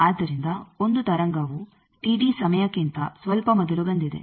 ಆದ್ದರಿಂದ ಒಂದು ತರಂಗವು ಸಮಯಕ್ಕಿಂತ ಸ್ವಲ್ಪ ಮೊದಲು ಬಂದಿದೆ